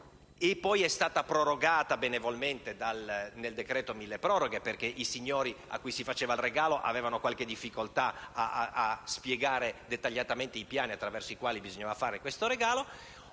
benevolmente prorogata con il decreto milleproroghe (perché i signori cui si faceva il regalo avevano qualche difficoltà a spiegare dettagliatamente i piani attraverso i quali bisognava fare questo regalo),